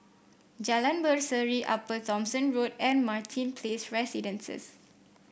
Jalan Berseri Upper Thomson Road and Martin Place Residences